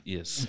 Yes